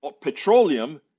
petroleum